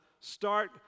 start